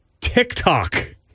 TikTok